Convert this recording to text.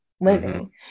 living